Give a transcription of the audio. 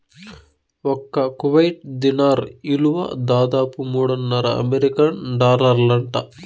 ఒక్క Kuwait dinar ఇలువ దాదాపు మూడున్నర అమెరికన్ డాలర్లంట